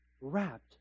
wrapped